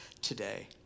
today